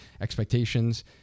expectations